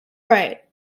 right